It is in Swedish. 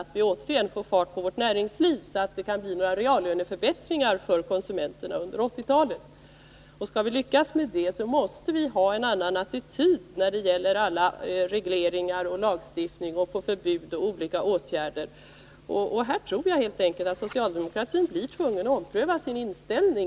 att vi återigen måste få fart på vårt näringsliv, så att det kan bli några reallöneförbättringar för konsumenterna under 1980-talet. För att vi skall lyckas med det måste vi ha en annan attityd när det gäller alla regleringar, lagstiftning, förbud och olika åtgärder. Här tror jag att socialdemokraterna inför verklighetens krav helt enkelt blir tvungna att ompröva sin inställning.